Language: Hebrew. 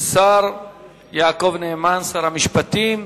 השר יעקב נאמן, שר המשפטים.